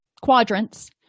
quadrants